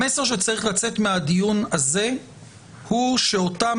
המסר שצריך לצאת מהדיון הזה הוא שאותם